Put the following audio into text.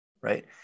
right